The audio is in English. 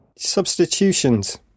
substitutions